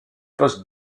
post